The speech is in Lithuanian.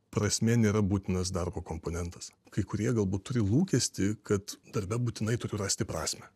prasmė nėra būtinas darbo komponentas kai kurie galbūt turi lūkestį kad darbe būtinai turi rasti prasmę